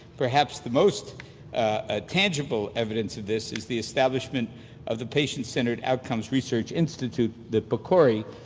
perhaps the most ah tangible evidence of this is the establishment of the patient-centered outcomes research institute, the pcori,